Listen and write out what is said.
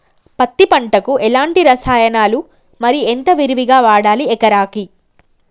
పత్తి పంటకు ఎలాంటి రసాయనాలు మరి ఎంత విరివిగా వాడాలి ఎకరాకి?